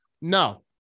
No